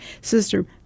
Sister